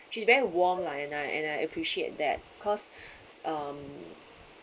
she's very warm lah and I and I appreciate that cause um